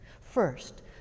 First